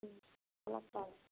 no problem